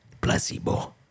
Placebo